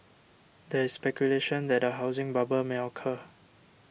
there is speculation that a housing bubble may occur